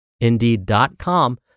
Indeed.com